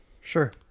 Sure